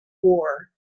war